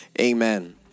amen